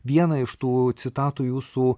vieną iš tų citatų jūsų